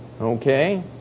Okay